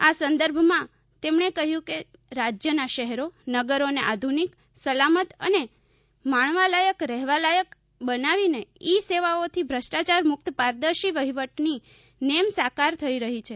આ સંદર્ભમાં તેમણે કહ્યું કે રાજ્યના શહેરો નગરોને આધુનિક સલામત અને માણવાલાયક રહેવાલાયક બનાવીને ઈ સેવાઓથી ભ્રષ્ટાયારમુકત પારદર્શી વહીવટની નેમ સાકાર થઇ રહી છે